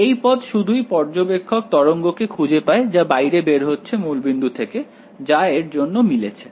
এই পদ শুধুই পর্যবেক্ষক তরঙ্গ কে খুঁজে পায় যা বাইরে বের হচ্ছে মূল বিন্দু থেকে যা এর জন্য মিলেছে